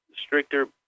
stricter